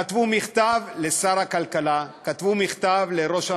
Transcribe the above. כתבו מכתב לשר הכלכלה, כתבו מכתב לראש הממשלה.